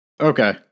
Okay